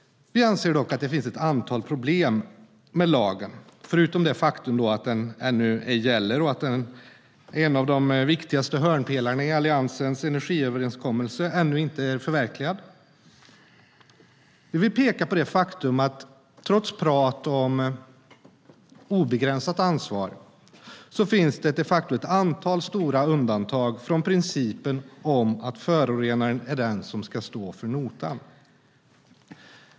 Vi anser dock att det finns ett antal problem med lagen, förutom det faktum att den ännu ej gäller och att en av de viktigaste hörnpelarna i Alliansens energiöverenskommelse ännu inte är förverkligad. Vi vill peka på det faktum att trots prat om obegränsat ansvar finns det de facto ett antal stora undantag från principen om att förorenaren är den som ska stå för notan.